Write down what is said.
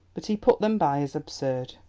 but he put them by as absurd.